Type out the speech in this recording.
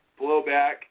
blowback